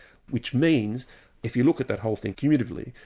which means if you look at that whole thing cumulatively,